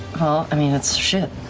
i mean, it's shit.